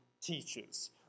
teaches